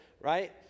right